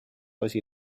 asi